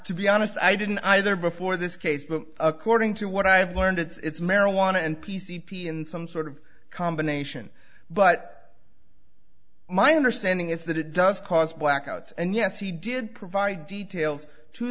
to be honest i didn't either before this case but according to what i've learned it's marijuana and p c p and some sort of combination but my understanding is that it does cause blackouts and yes he did provide details to